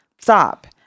Stop